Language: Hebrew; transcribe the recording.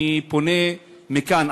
אני פונה מכאן,